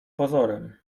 pozorem